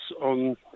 on